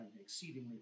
exceedingly